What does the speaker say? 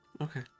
Okay